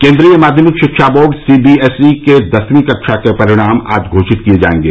केंद्रीय माध्यमिक शिक्षा बोर्ड सीबीएसई के दसवीं कक्षा के परीक्षा परिणाम आज घोषित किए जाएंगे